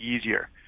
easier